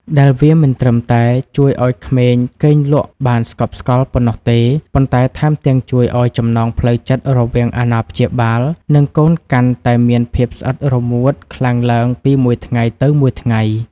ដែលវាមិនត្រឹមតែជួយឱ្យក្មេងគេងលក់បានស្កប់ស្កល់ប៉ុណ្ណោះទេ ប៉ុន្តែថែមទាំងជួយឱ្យចំណងផ្លូវចិត្តរវាងអាណាព្យាបាល និងកូនកាន់តែមានភាពស្អិតរមួតខ្លាំងឡើងពីមួយថ្ងៃទៅមួយថ្ងៃ។